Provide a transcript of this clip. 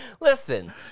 Listen